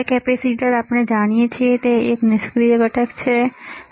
હવે કેપેસિટર આપણે જાણીએ છીએ કે તે એક નિષ્ક્રિય ઘટક છે ખરું